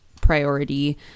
Priority